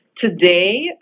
today